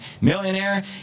millionaire